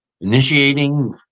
initiating